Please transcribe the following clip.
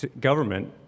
government